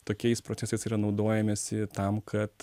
tokiais procesais yra naudojamesi tam kad